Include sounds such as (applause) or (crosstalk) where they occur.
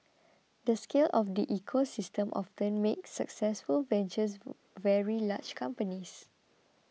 the scale of the ecosystem often makes successful ventures (unintelligible) very large companies